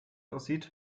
aussieht